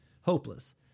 Hopeless